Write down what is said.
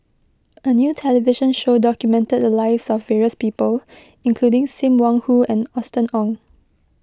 a new television show documented the lives of various people including Sim Wong Hoo and Austen Ong